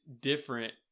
different